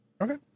Okay